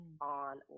on